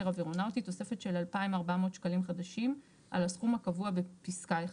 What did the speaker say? אווירונאוטי - תוספת של 2,400 שקלים חדשים על הסכום הקבוע בפסקה (1).